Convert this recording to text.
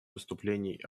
выступлений